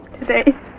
today